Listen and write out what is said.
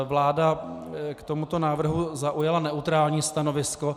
Vláda k tomuto návrhu zaujala neutrální stanovisko.